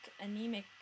anemic